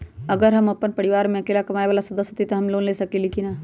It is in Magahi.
अगर हम अपन परिवार में अकेला कमाये वाला सदस्य हती त हम लोन ले सकेली की न?